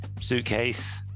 suitcase